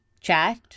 chat